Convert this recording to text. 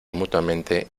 mutuamente